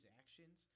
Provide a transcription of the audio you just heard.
actions